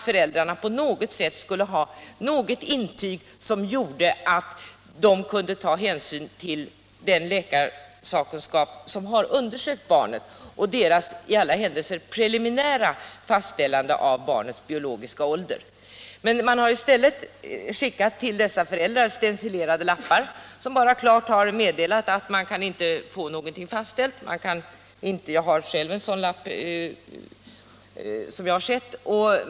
Föräldrarna borde på något sätt kunna få ett intyg som tog hänsyn till sakkunskapen hos de läkare som har undersökt barnen och det i alla händelser preliminära fastställandet av barnens biologiska ålder. I stället har man till dessa föräldrar skickat stencilerade lappar som bara meddelar att ingenting klart kan fastställas — jag har själv sett en sådan lapp.